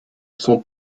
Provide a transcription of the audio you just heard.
son